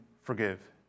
forgive